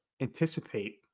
anticipate